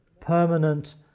permanent